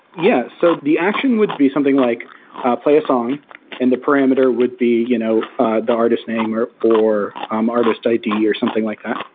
yeah. so the action would be something like play a song and the parameter would be you know the artists name, or or um artist id, or something like that.